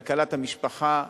כלכלת המשפחה,